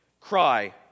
cry